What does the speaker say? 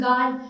God